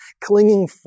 clinging